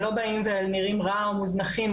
הם לא באים ונראים רע ומוזנחים,